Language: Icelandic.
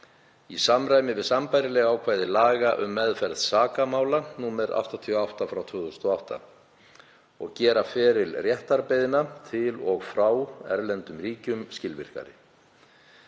í samræmi við sambærileg ákvæði laga um meðferð sakamála, nr. 88/2008, og gera feril réttarbeiðna til og frá erlendum ríkjum skilvirkari.